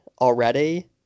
already